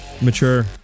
Mature